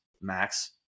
Max